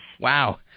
Wow